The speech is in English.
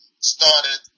started